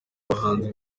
abahanzi